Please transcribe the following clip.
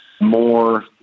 more